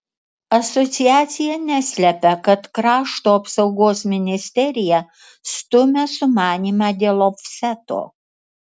asociacija neslepia kad krašto apsaugos ministerija stumia sumanymą dėl ofseto